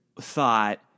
thought